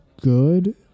good